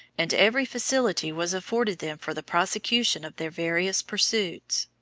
and every facility was afforded them for the prosecution of their various pursuits.